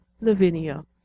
Lavinia